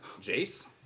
Jace